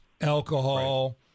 alcohol